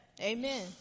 Amen